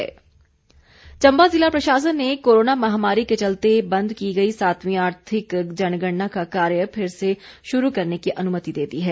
जनगणना चंबा ज़िला प्रशासन ने कोरोना महामारी के चलते बंद की गई सातवीं आर्थिक जनगणना का कार्य फिर से शुरू करने की अनुमति दे दी है